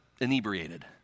inebriated